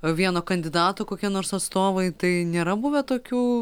vieno kandidato kokie nors atstovai tai nėra buvę tokių